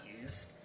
use